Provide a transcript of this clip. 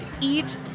Eat